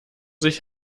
sich